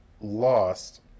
lost